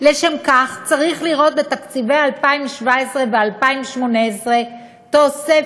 לשם כך צריך לראות בתקציבי 2017 ו-2018 תוספת